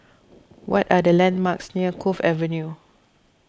what are the landmarks near Cove Avenue